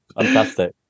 Fantastic